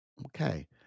Okay